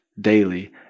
daily